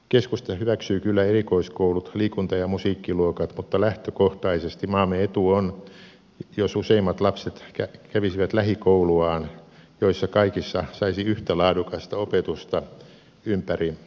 keskusta hyväksyy kyllä erikoiskoulut liikunta ja musiikkiluokat mutta lähtökohtaisesti maamme etu on jos useimmat lapset kävisivät lähikouluaan joissa kaikissa saisi yhtä laadukasta opetusta ympäri suomen